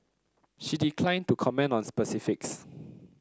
she declined to comment on specifics